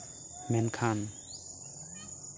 ᱢᱮᱱᱠᱷᱟᱱ